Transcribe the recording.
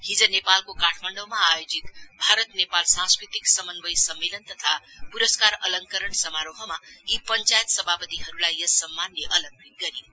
हिज नेपालको काठमाण्डौमा आयोजित भारत नेपाल सांस्कृतिक समन्वय सम्मेलन तथा पुरस्कार अलंकरण समारोहमा यी पंचायत सभापतिहरुलाई यस सम्मानले अलंकृत गरियो